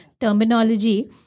terminology